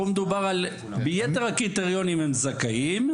פה מדובר בכך שביתר הקריטריונים כדי לקבל הם זהים,